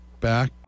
back